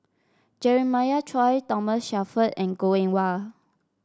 Jeremiah Choy Thomas Shelford and Goh Eng Wah